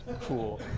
Cool